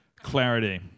clarity